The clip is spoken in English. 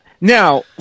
Now